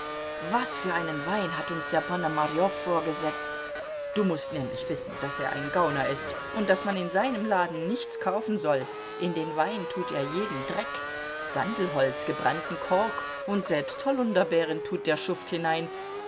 was für einen wein hat uns der ponomarjow vorgesetzt du mußt nämlich wissen daß er ein gauner ist und daß man in seinem laden nichts kaufen soll in den wein tut er jeden dreck sandelholz gebrannten kork und selbst holunderbeeren tut der schuft hinein